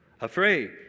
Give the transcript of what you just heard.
Afraid